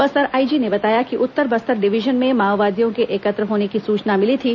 Bastar IG ने बताया कि उत्तर बस्तर डिवीजन में माओवादियों के एकत्र होने की सूचना मिली थी